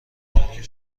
ترین